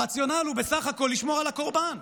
הרציונל הוא בסך הכול לשמור על הקורבן.